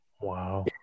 Wow